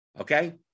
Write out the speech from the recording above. okay